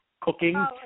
cooking